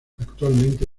actualmente